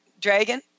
dragon